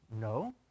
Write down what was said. No